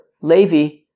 Levi